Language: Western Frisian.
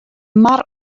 mar